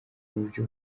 mubyo